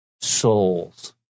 souls